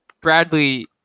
Bradley